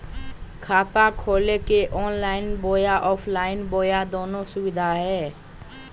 खाता खोले के ऑनलाइन बोया ऑफलाइन बोया दोनो सुविधा है?